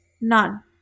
None